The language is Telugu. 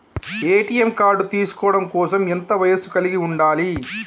ఏ.టి.ఎం కార్డ్ తీసుకోవడం కోసం ఎంత వయస్సు కలిగి ఉండాలి?